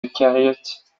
eucaryotes